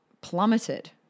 plummeted